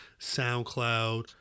SoundCloud